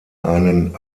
einen